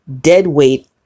deadweight